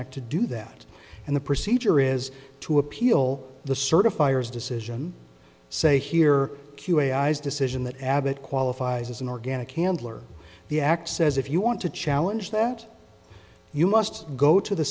act to do that and the procedure is to appeal the certifiers decision say here q ai's decision that abbott qualifies as an organic handler the act says if you want to challenge that you must go to the